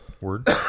word